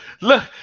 look